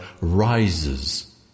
rises